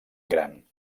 gran